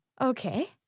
Okay